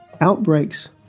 outbreaks